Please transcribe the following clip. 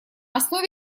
основе